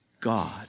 God